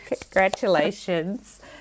Congratulations